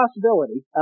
possibility